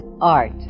art